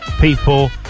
people